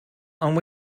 ond